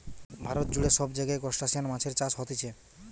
ভারত জুড়ে সব জায়গায় ত্রুসটাসিয়ান মাছের চাষ হতিছে